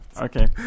Okay